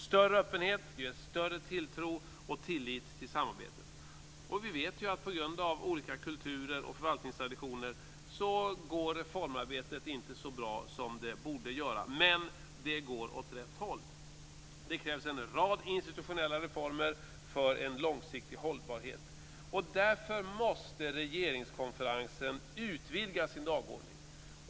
Större öppenhet ger större tilltro och tillit till samarbetet. Vi vet att på grund av olika kulturer och förvaltningstraditioner går reformarbetet inte så bra som det borde göra, men det går åt rätt håll. Det krävs en rad institutionella reformer för en långsiktig hållbarhet. Därför måste regeringskonferensen utvidga sin dagordning.